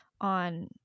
on